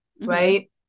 right